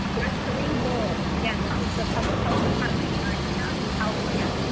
their three goals, and again, this is the public health department in marin county, california.